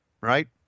right